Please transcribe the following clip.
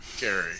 Gary